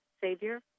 Savior